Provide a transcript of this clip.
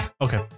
Okay